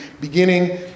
beginning